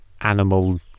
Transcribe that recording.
animal